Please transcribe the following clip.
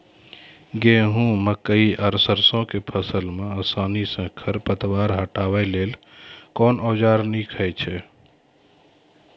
गेहूँ, मकई आर सरसो के फसल मे आसानी सॅ खर पतवार हटावै लेल कून औजार नीक है छै?